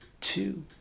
two